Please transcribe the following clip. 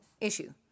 issue